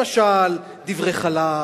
למשל דברי חלב,